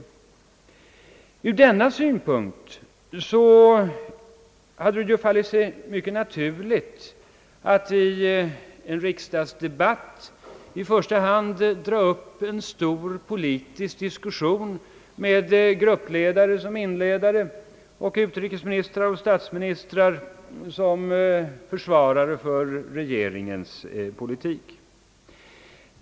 Ur denna synpunkt hade det fallit sig mycket naturligt att i en riksdagsdebatt i första hand dra upp en stor politisk diskussion med gruppledarna som inledare och utrikesministern och statsministern som försvarare av regeringens politik.